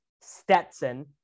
Stetson